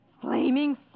flaming